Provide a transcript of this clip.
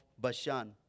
Bashan